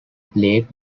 plagued